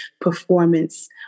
performance